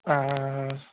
আর